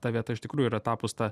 ta vieta iš tikrųjų yra tapus ta